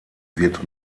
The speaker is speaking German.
wird